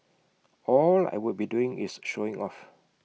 all I would be doing is showing off